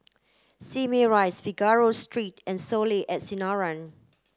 Simei Rise Figaro Street and Soleil at Sinaran